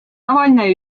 tavaline